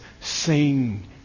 Sing